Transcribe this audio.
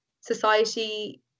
society